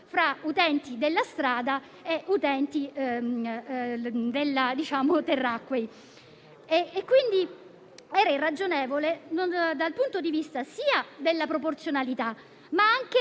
fra utenti della strada e utenti terracquei. Era quindi irragionevole dal punto di vista della proporzionalità, ma anche